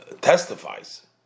testifies